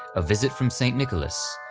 a visit from st. nicholas,